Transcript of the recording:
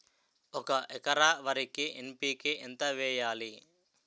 ఒక ఎకర వరికి ఎన్.పి.కే ఎంత వేయాలి?